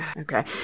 okay